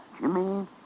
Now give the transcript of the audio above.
Jimmy